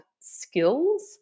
skills